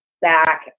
back